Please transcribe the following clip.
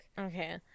okay